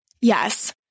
yes